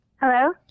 Hello